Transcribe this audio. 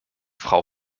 frau